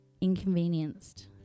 Inconvenienced